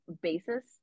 basis